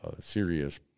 serious